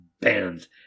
bands